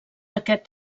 aquest